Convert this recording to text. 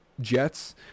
Jets